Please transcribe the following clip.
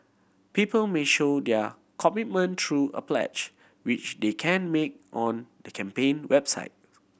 people may show their commitment through a pledge which they can make on the campaign website